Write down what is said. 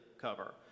cover